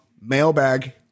mailbag